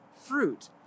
fruit